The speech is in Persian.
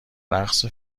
رقص